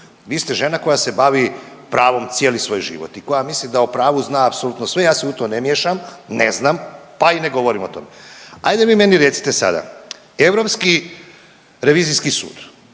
vi ste žena koja se bavi pravom cijeli svoj život i koja misli da o pravu zna apsolutno sve, ja se u to ne miješam, ne znam, pa i ne govorim o tome, ajde vi meni recite sada, Europski revizijski sud,